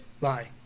bye